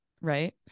right